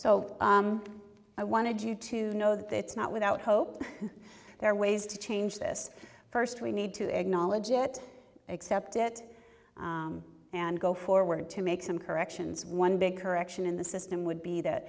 so i wanted you to know that it's not without hope there are ways to change this first we need to acknowledge it accept it and go forward to make some corrections one big correction in the system would be th